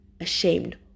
ashamed